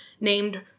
named